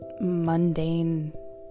mundane